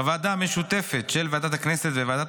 בוועדה המשותפת של ועדת הכנסת וועדת